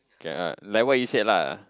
cannot like what you said lah